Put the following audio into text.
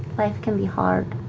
life can be hard.